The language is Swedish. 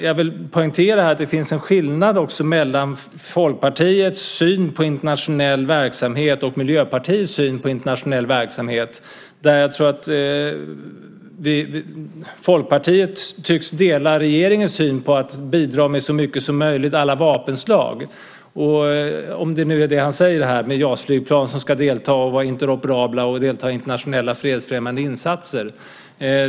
Jag vill poängtera här att det finns en skillnad mellan Folkpartiets syn på internationell verksamhet och Miljöpartiets syn på internationell verksamhet. Folkpartiet tycks dela regeringens syn att bidra med så mycket som möjligt, med alla vapenslag, om det nu är så som Allan Widman här säger om att JAS-planen ska vara interoperabla och delta i internationella fredsfrämjande insatser.